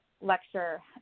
lecture